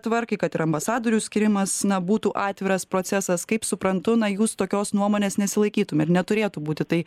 tvarkai kad ir ambasadorių skyrimas na būtų atviras procesas kaip suprantu na jūs tokios nuomonės nesilaikytum ir neturėtų būti tai